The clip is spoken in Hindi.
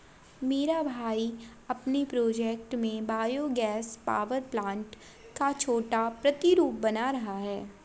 मेरा भाई अपने प्रोजेक्ट में बायो गैस पावर प्लांट का छोटा प्रतिरूप बना रहा है